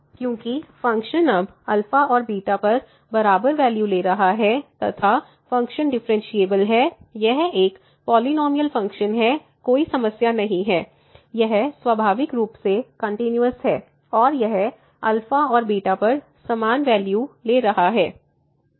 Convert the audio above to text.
क्योंकि फ़ंक्शन अब α और β पर बराबर वैल्यू ले रहा है तथा फंक्शन डिफ़्फ़रेनशियेबल है यह एक पोलिनोमियाल फंकशन है कोई समस्या नहीं है यह स्वाभाविक रूप से कंटिन्यूस है और यह α और β पर समान वैल्यू ले रहा है